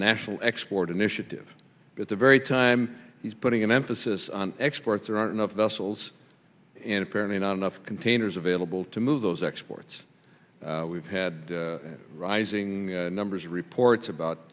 national export initiative at the very time he's putting an emphasis on exports there aren't enough vessels in apparently not enough containers available to move those exports we've had rising numbers reports about